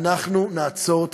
אנחנו נעצור אתכם,